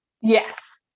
Yes